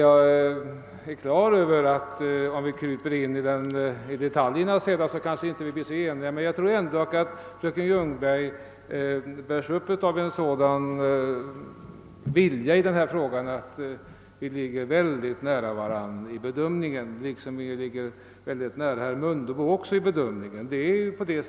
Det är klart att vi kanske inte är så eniga om vi går in på detaljer, men jag tror i alla fall att fröken Ljungbergs inställning bärs upp av en sådan vilja i dessa frågor att vi kan sägas stå mycket nära varandra i bedömningen, och detsamma gäller även herr Mundebo.